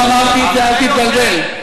תדע.